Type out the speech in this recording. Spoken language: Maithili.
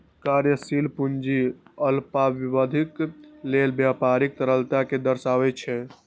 कार्यशील पूंजी अल्पावधिक लेल व्यापारक तरलता कें दर्शाबै छै